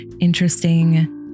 interesting